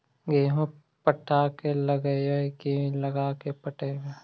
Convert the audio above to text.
गेहूं पटा के लगइबै की लगा के पटइबै?